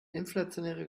inflationäre